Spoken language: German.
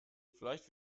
vielleicht